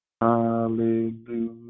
Hallelujah